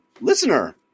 listener